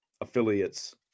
affiliates